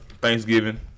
Thanksgiving